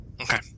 Okay